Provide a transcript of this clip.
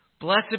Blessed